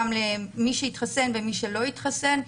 גם מי שהתחסן ומי שלא התחסן,